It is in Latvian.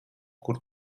kur